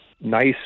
nice